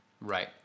right